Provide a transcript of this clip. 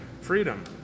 freedom